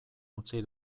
utzi